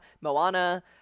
Moana